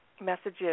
messages